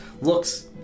looks